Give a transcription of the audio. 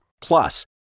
Plus